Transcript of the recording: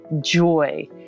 joy